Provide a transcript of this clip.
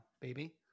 baby